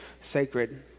sacred